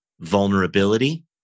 vulnerability